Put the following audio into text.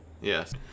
Yes